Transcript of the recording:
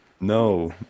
No